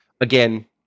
again